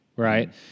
Right